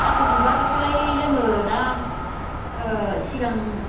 थास' बिबारखौलाय जोङो दा सिगां